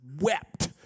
wept